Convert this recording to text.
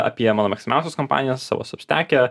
apie mano mėgstamiausias kompanijos savo substeke